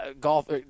golf